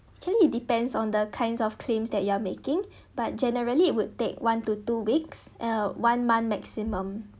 actually it depends on the kinds of claims that you are making but generally it would take one to two weeks uh one month maximum